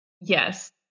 Yes